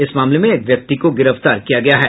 इस मामले में एक व्यक्ति को गिरफ्तार किया गया है